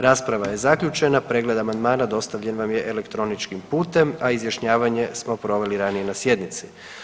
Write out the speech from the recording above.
Rasprava je zaključena, pregled amandmana dostavljen vam je elektroničkim putem, a izjašnjavanje smo proveli ranije na sjednici.